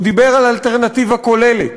הוא דיבר על אלטרנטיבה כוללת,